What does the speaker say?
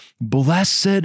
blessed